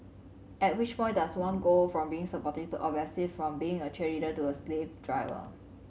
at which point does one go from being supportive to obsessive from being a cheerleader to a slave driver